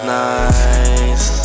nice